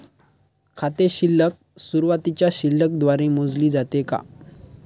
खाते शिल्लक सुरुवातीच्या शिल्लक द्वारे मोजले जाते का?